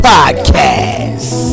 Podcast